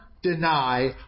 deny